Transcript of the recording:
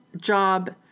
job